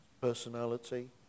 personality